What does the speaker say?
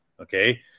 Okay